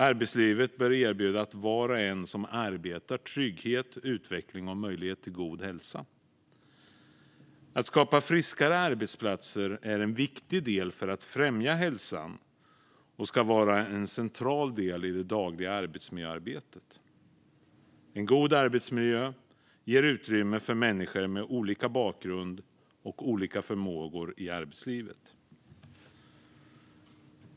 Arbetslivet bör erbjuda var och en som arbetar trygghet, utveckling och möjlighet till god hälsa. Att skapa friskare arbetsplatser är en viktig del i att främja hälsan och ska vara en central del i det dagliga arbetsmiljöarbetet. En god arbetsmiljö ger utrymme för människor med olika bakgrund och olika förmågor i arbetslivet.